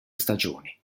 stagioni